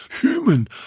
human